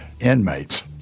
Inmates